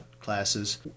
classes